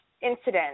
incident